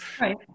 Right